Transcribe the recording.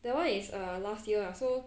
that one is err last year lah so